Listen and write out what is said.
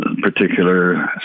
particular